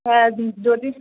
হ্যাঁ য যদি